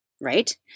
right